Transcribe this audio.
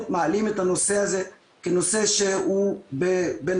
מעלים את הנושא הזה כנושא שהוא בנפשנו,